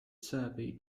survey